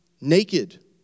naked